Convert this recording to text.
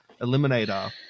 eliminator